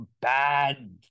bad